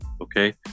Okay